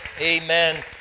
amen